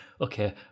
okay